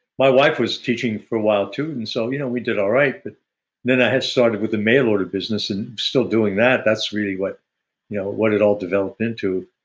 my wife was teaching for a while too and so you know we did all right but when i had started with the mail order business and still doing that, that's really what you know what it all developed into.